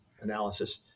analysis